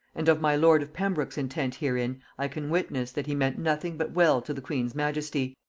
and of my lord of pembroke's intent herein i can witness, that he meant nothing but well to the queen's majesty